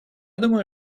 думаю